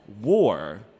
war